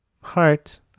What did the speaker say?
Heart